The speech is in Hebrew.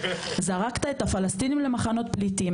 זרקת את הפלסטינים למחנות פליטים,